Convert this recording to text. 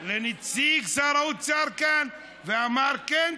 ונציג שר האוצר קם ואמר: כן,